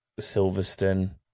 Silverstone